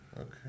Okay